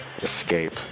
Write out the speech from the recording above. escape